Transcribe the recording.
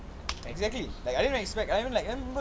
exactly like I didn't expect I even like